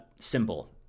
Symbol